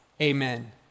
Amen